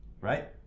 right